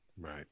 Right